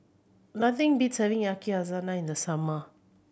nothing beats having Yakizakana in the summer